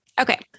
okay